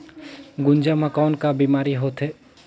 गुनजा मा कौन का बीमारी होथे?